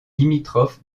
limitrophe